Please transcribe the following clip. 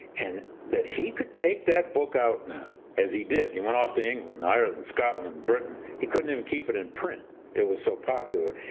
and that he could take that book out now as he did, he went off to england, ireland, scotland, britain. he couldn't even keep it in print, it was so popular.